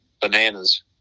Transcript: bananas